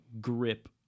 grip